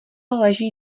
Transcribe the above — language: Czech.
leží